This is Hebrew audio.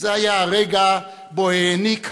זה היה הרגע שבו העניק הריבון,